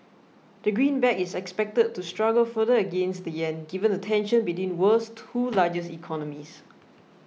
the greenback is expected to struggle further against the yen given the tension between world's two largest economies